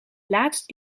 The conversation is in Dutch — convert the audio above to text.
laatst